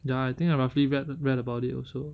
ya I think I roughly read read about it also